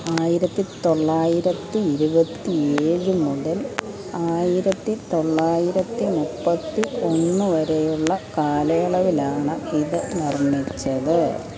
ആയിരത്തിത്തൊള്ളായിരത്തി ഇരുപത്തിയേഴ് മുതൽ ആയിരത്തിത്തൊള്ളായിരത്തി മുപ്പത്തി ഒന്ന് വരെയുള്ള കാലയളവിലാണ് ഇത് നിർമ്മിച്ചത്